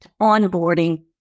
onboarding